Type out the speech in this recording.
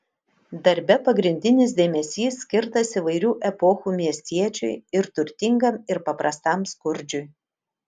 darbe pagrindinis dėmesys skirtas įvairių epochų miestiečiui ir turtingam ir paprastam skurdžiui